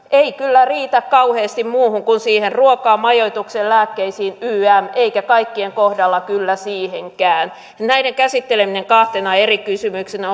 ei kyllä riitä kauheasti muuhun kuin siihen ruokaan majoitukseen lääkkeisiin ynnä muuta eikä kaikkien kohdalla kyllä siihenkään näiden käsitteleminen kahtena eri kysymyksenä